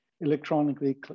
electronically